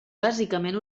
bàsicament